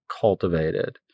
cultivated